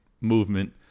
movement